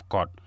God